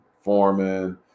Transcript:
Foreman